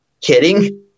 kidding